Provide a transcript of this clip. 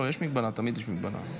זו קריאה ראשונה.